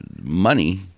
money